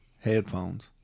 headphones